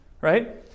Right